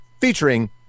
Featuring